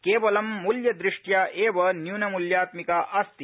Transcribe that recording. केवलं मूल्यदृष्ट्या एवं न्यूनमूल्यात्मिका अस्ति